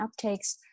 uptakes